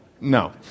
No